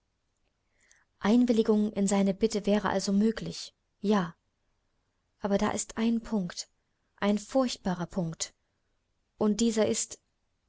einwilligung in seine bitte wäre also möglich ja aber da ist ein punkt ein furchtbarer punkt und dieser ist